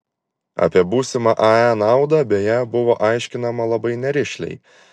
apie būsimą ae naudą beje buvo aiškinama labai nerišliai